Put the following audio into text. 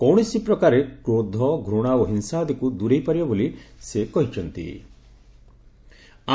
କୌଣସି ପ୍ରକାରେ କ୍ରୋଧ ଘୂଣା ଓ ହିଂସା ଆଦିକୁ ଦୂରେଇ ପାରିବା ବୋଲି ସେ କହିଚ୍ଚନ୍ତି